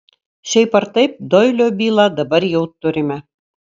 šiaip ar taip doilio bylą dabar jau turime